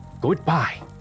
Goodbye